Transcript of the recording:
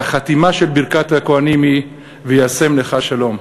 והחתימה של ברכת הכוהנים היא: "וישם לך שלום".